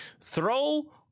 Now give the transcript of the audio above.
throw